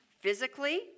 physically